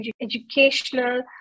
educational